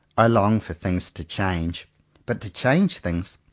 i long for things to change but to change things,